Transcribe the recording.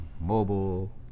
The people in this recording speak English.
mobile